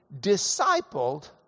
Discipled